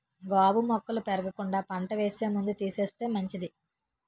గాబు మొక్కలు పెరగకుండా పంట వేసే ముందు తీసేస్తే మంచిది